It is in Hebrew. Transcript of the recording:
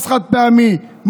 מס חד-פעמי,